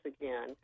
again